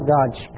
God's